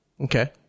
Okay